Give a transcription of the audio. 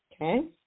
Okay